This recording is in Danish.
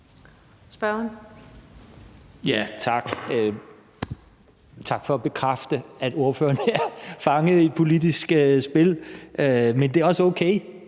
Tak for at bekræfte, at ordføreren er fanget i et politisk spil, men det er også okay.